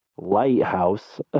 lighthouse